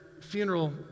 funeral